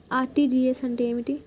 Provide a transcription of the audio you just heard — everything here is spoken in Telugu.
ఆర్.టి.జి.ఎస్ అంటే ఏమిటి?